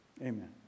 amen